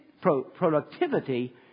productivity